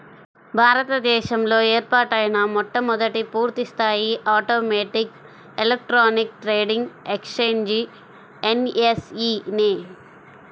భారత దేశంలో ఏర్పాటైన మొట్టమొదటి పూర్తిస్థాయి automatic electronic trading exchange NSE నే